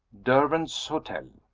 derwent's hotel.